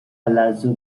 palazzo